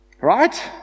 Right